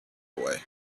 away